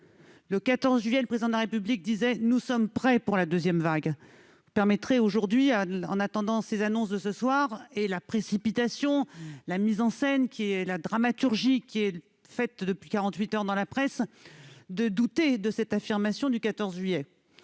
Le 14 juillet, le Président de la République disait :« Nous serons prêts pour une deuxième vague ». Vous nous permettrez aujourd'hui, en attendant les annonces de ce soir et en soulignant la précipitation, la mise en scène et la dramaturgie qui les entourent dans la presse, de douter de cette affirmation du 14 juillet.